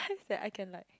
that I can like